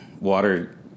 water